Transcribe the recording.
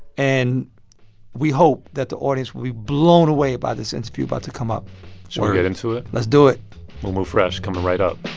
and we hope that the audience will be blown away by this interview about to come up to should we get into it? let's do it mumu fresh, coming right up